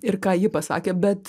ir ką ji pasakė bet